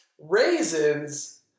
Raisins